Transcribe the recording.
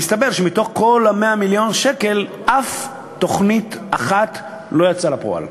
מסתבר שעם כל 100 מיליון השקל אף תוכנית אחת לא יצאה לפועל.